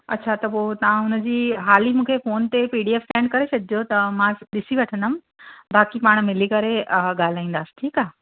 अछा त पोइ तव्हां हुनजी हाली मूंखे फ़ोन ते पी डी एफ सेन्ड करे छॾिजो त मां ॾिसीं रखंदमि बाक़ी पाण मिली करे ॻाल्हाईंदासि ठीकु आहे